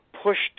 pushed